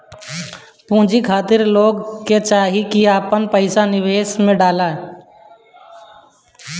पूंजी खातिर लोग के चाही की आपन पईसा निवेश में डाले